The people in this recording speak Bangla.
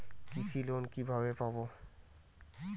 কৃষি লোন কিভাবে পাব?